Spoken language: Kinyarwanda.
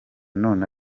none